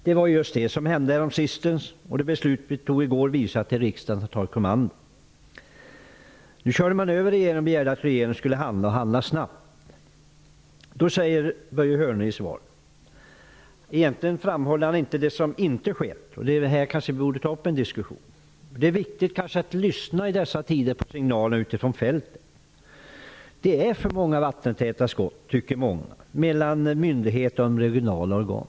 Det var just det som hände senast. Beslutet som vi fattade i går visar att riksdagen har tagit kommandot. Riksdagen körde över regeringen och vill att regeringen skall handla snabbt. Börje Hörnlund framhåller i sitt svar det som inte har skett. Här borde vi ta upp en diskussion. Det är viktigt att lyssna på signaler ute från fältet. Det är för många vattentäta skott mellan myndigheter och regionala organ.